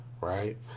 right